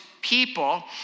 people